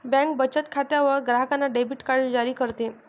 bank बचत खात्यावर ग्राहकांना डेबिट कार्ड जारी करते